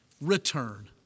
return